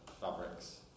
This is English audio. fabrics